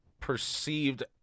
perceived